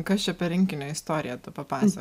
kas čia per rinkinio istorija papasa